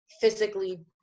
physically